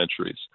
centuries